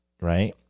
right